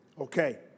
okay